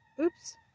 Oops